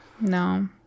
no